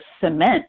cement